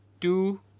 two